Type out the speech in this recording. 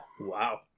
Wow